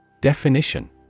Definition